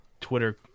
Twitter